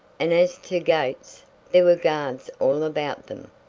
and as to gates there were guards all about them.